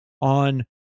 on